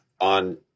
on